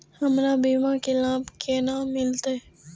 हमर बीमा के लाभ केना मिलते?